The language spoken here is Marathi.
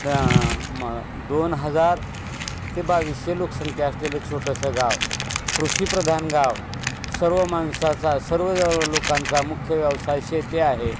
म दोन हजार ते बावीसशे लोकसंख्या असलेलं छोटंसं गाव कृषीप्रधान गाव सर्व माणसाचा सर्व लोकांचा मुख्य व्यवसाय शेती आहे